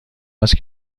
است